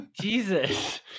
Jesus